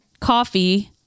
coffee